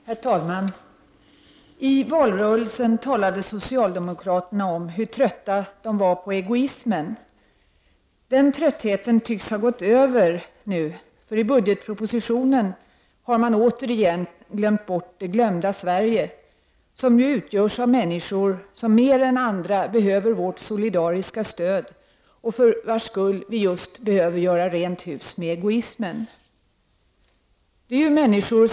Herr talman! I valrörelsen talade socialdemokraterna om hur trötta de var på egoismen. Den tröttheten tycks nu ha gått över, för i budgetpropositionen har man återigen glömt bort ”det glömda Sverige”, som ju utgörs av människor som mer än andra behöver vårt solidariska stöd och för vilkas skull vi måste göra rent hus med egoismen.